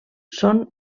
són